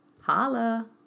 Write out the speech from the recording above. Holla